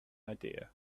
idea